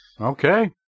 Okay